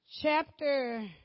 chapter